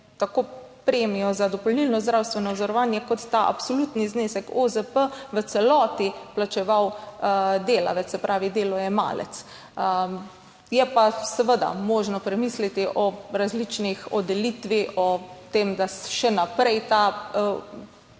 tako premijo za dopolnilno zdravstveno zavarovanje kot ta absolutni znesek OZP v celoti plačeval delavec, se pravi delojemalec. Je pa seveda možno premisliti o delitvi, o tem, da še naprej ta prispevek